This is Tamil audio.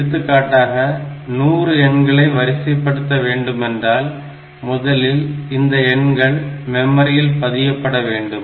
எடுத்துக்காட்டாக 100 எண்களை வரிசைப்படுத்த வேண்டுமென்றால் முதலில் இந்த எண்கள் மெமரியில் பதியப்பட வேண்டும்